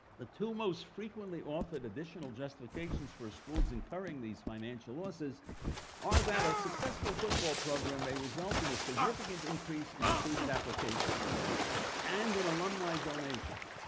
the two most frequently offered additional justifications for schools incurring these financial losses are that a successful football program may result in a significant increase in student applications and in alumni donations.